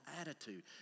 attitude